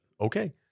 Okay